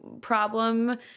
problem